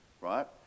right